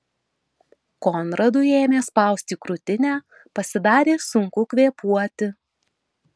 konradui ėmė spausti krūtinę pasidarė sunku kvėpuoti